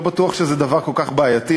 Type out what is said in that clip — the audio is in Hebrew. לא בטוח שזה דבר כל כך בעייתי,